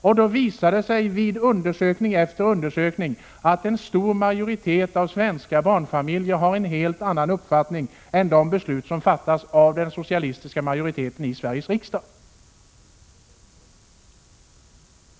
Vid undersökning efter undersökning visar det sig att en stor majoritet av svenska barnfamiljer har en helt annan uppfattning än den som återspeglas i de beslut som fattas av den socialistiska majoriteten i Sveriges riksdag.